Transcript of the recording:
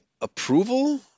Approval